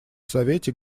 совете